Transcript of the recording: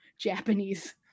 Japanese